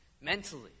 Mentally